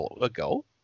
ago